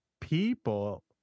people